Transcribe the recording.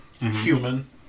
Human